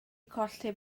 colli